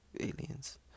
aliens